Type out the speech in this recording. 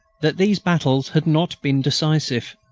that these battles had not been decisive,